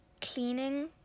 cleaning